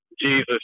Jesus